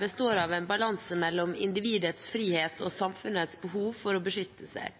består av en balanse mellom individets frihet og samfunnets behov for å beskytte seg.